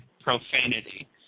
profanity